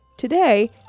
Today